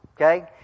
okay